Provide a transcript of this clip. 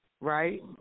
right